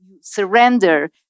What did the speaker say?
surrender